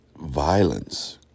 violence